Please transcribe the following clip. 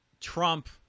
Trump